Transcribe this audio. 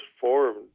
formed